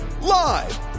Live